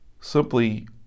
simply